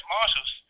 Marshals